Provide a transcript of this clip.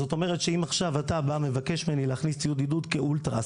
זאת אומרת שאם עכשיו אתה מבקש ממני להכניס ציוד עידוד כאולטראס,